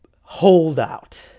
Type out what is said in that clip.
holdout